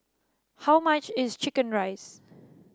how much is chicken rice